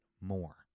more